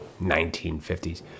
1950s